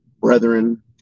brethren